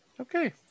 Okay